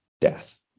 death